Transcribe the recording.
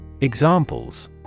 Examples